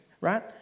Right